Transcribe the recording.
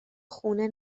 خونه